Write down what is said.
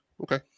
okay